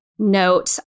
note